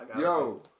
Yo